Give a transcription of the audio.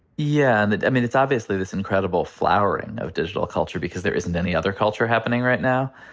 yeah. and i mean, it's obviously this incredible flowering of digital culture because there isn't any other culture happening right now.